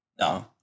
no